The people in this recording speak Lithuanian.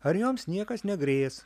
ar joms niekas negrės